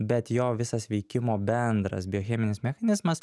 bet jo visas veikimo bendras biocheminis mechanizmas